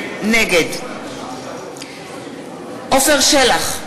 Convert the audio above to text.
נגד עפר שלח,